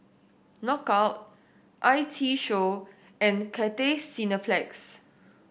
Knockout I T Show and Cathay Cineplex